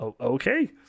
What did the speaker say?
Okay